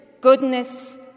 goodness